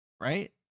right